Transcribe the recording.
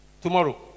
Tomorrow